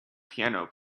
piano